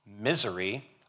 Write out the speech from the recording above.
misery